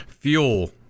Fuel